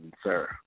sir